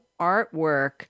artwork